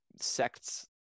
sects